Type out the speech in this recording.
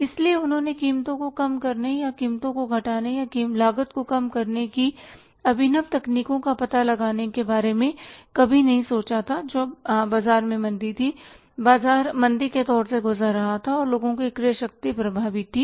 इसलिए उन्होंने कीमतों को कम करने या कीमतों को घटाने या लागत को कम करने की अभिनव तकनीकों का पता लगाने के बारे में कभी नहीं सोचा था जब बाजार में मंदी थी बाजार मंदी के दौर से गुज़र रहा था और लोगों की क्रय शक्ति प्रभावित थी